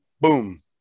Boom